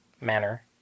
manner